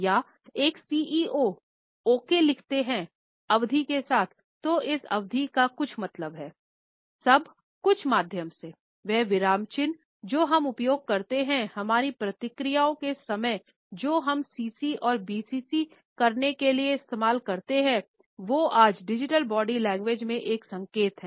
याएक CEO ओ के लिखते हैं अवधि के साथ तो इस अवधि का क्या कुछ मतलब है सब कुछ माध्यम से वह विराम चिन्ह जो हम उपयोग करते हैं हमारी प्रतिक्रिया के समय जो हम सीसी और बीसीसी करने के लिए इस्तेमाल करते हैं वो आज डिजिटल बॉडी लैंग्वेज में एक संकेत हैं